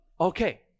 Okay